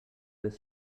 their